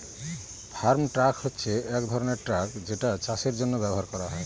farm track হচ্ছে এক ধরনের ট্র্যাক যেটা চাষের জন্য ব্যবহার করা হয়